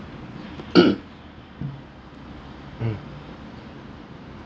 mm